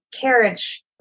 carriage